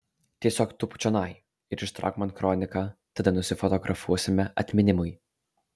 tiesiog tūpk čionai ir ištrauk man kroniką tada nusifotografuosime atminimui